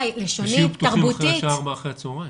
ושיהיו פתוחים אחרי השעה 16:00 אחר הצהריים.